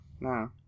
No